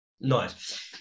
Nice